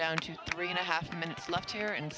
down to three and a half minutes left here and